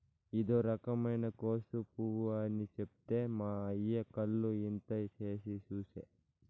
ఇదో రకమైన కోసు పువ్వు అని చెప్తే మా అయ్య కళ్ళు ఇంత చేసి చూసే